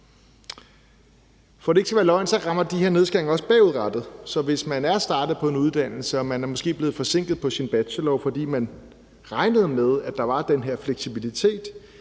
at det ikke skal være løgn, rammer de her nedskæringer også bagudrettet, så hvis man er startet på en uddannelse og man måske er blevet forsinket på sin bachelor, fordi man regnede med, at der var den her fleksibilitet,